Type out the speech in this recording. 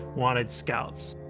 wanted scalps.